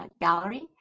gallery